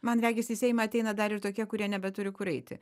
man regis į seimą ateina dar ir tokie kurie nebeturi kur eiti